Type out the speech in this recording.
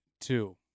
two